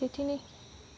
त्यति नै